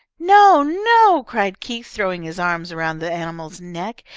no! no! cried keith, throwing his arms around the animal's neck.